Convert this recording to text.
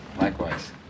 likewise